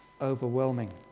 overwhelming